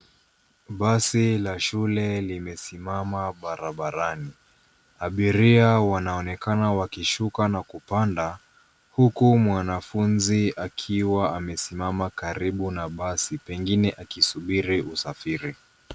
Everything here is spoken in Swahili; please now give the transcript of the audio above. Basi la shule limesimama barabarani, abiria wanaonekana wakishuka na kupanda, huku mwanafunzi akiwa amesimama karibu na basi, pengine akisubiri usafiri.